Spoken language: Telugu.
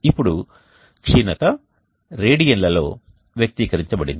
ఇప్పుడు క్షీణత రేడియన్లలో వ్యక్తీకరించబడింది